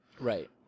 Right